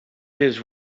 his